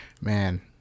Man